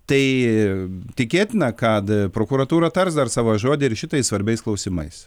tai tikėtina kad prokuratūra tars dar savo žodį ir šitais svarbiais klausimais